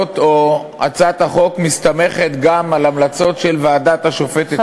הצעת החוק מסתמכת גם על המלצות של ועדת השופטת פריש,